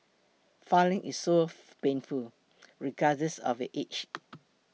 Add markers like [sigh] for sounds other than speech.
filling is so painful [noise] regardless of your age [noise]